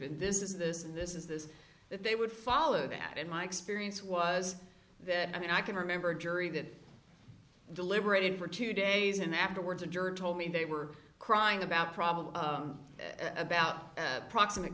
in this is this and this is this that they would follow that in my experience was that i mean i can remember a jury that deliberating for two days and afterwards a juror told me they were crying about probably at about an approximate